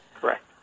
correct